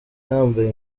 nambaye